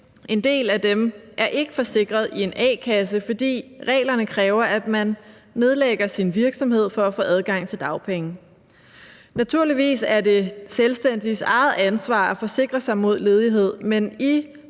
En del af dem er ikke forsikret i en a-kasse, fordi reglerne kræver, at man nedlægger sin virksomhed for at få adgang til dagpenge. Naturligvis er det selvstændiges eget ansvar at forsikre sig imod ledighed, men i